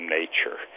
nature